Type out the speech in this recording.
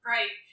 Right